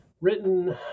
written